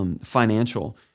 Financial